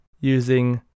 using